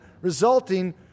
resulting